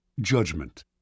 Judgment